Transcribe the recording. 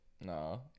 No